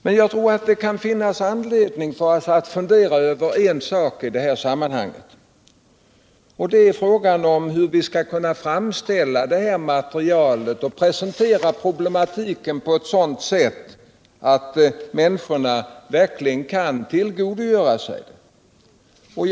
Men jag tror det kan finnas anledning för oss att fundera över en sak i detta sammanhang, och det är frågan om hur man skall kunna framställa materialet och presentera problematiken på et. sådant sätt att människorna verkligen kan tillgodogöra sig det.